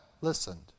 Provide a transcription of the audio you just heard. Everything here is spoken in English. listened